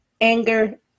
anger